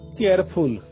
careful